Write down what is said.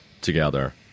together